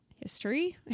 history